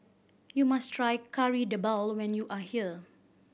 you must try Kari Debal when you are here